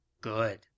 Good